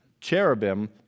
cherubim